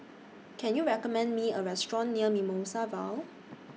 Can YOU recommend Me A Restaurant near Mimosa Vale